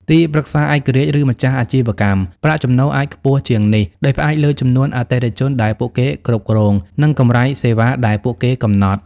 ទីប្រឹក្សាឯករាជ្យ ឬម្ចាស់អាជីវកម្ម ប្រាក់ចំណូលអាចខ្ពស់ជាងនេះ ដោយផ្អែកលើចំនួនអតិថិជនដែលពួកគេគ្រប់គ្រង និងកម្រៃសេវាដែលពួកគេកំណត់។